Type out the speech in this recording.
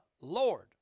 Lord